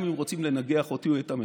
גם אם רוצים לנגח אותי או את הממשלה: